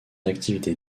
activité